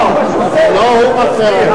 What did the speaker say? לא הוא מפריע,